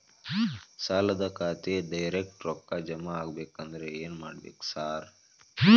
ಸಾಲದ ಖಾತೆಗೆ ಡೈರೆಕ್ಟ್ ರೊಕ್ಕಾ ಜಮಾ ಆಗ್ಬೇಕಂದ್ರ ಏನ್ ಮಾಡ್ಬೇಕ್ ಸಾರ್?